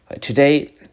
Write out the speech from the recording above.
Today